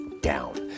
down